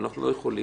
אנחנו לא יכולים.